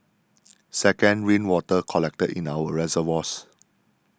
second rainwater collected in our reservoirs